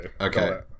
Okay